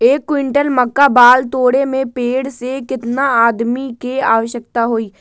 एक क्विंटल मक्का बाल तोरे में पेड़ से केतना आदमी के आवश्कता होई?